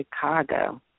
Chicago